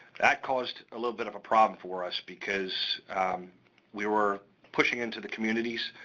that caused a little bit of a problem for us, because we were pushing into the communities.